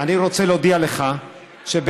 אני רוצה להודיע לך שבשדרות,